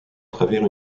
travers